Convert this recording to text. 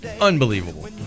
Unbelievable